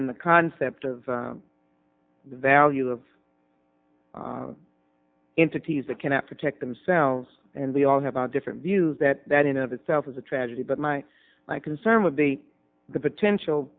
in the concept of the value of into pieces that cannot protect themselves and we all have different views that that in of itself is a tragedy but my concern would be the potential